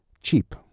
cheap